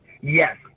Yes